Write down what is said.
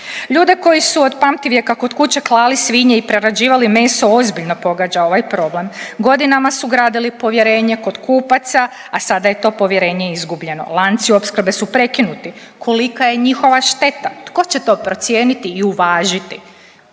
Ljude koji su od pamtivijeka kod kuće klali svinje i prerađivali meso ozbiljno pogađa ovaj problem. Godinama su gradili povjerenje kod kupaca, a sada je to povjerenje izgubljeno. Lanci opskrbe su prekinuti. Kolika je njihova šteta? Tko će to procijeniti i uvažiti?